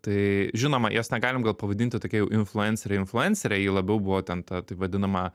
tai žinoma jos negalim gal pavadinti tokia jau influencere influencere ji labiau buvo ten ta taip vadinama